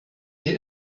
hier